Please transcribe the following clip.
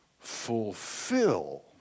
fulfill